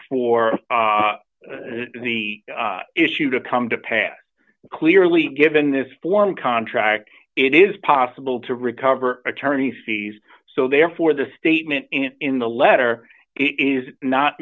for the issue to come to pass clearly given this form contract it is possible to recover attorney fees so therefore the statement in the letter is not